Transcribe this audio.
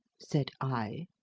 said i,